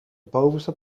bovenste